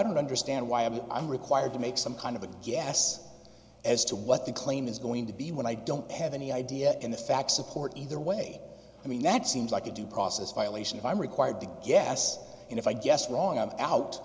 don't understand why i'm required to make some kind of a guess as to what the claim is going to be when i don't have any idea and the facts support either way i mean that seems like a due process violation if i'm required to guess and if i guessed wrong on out